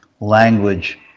language